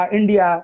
India